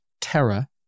terror